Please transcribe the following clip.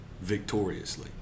victoriously